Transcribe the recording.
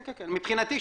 מבחינתי,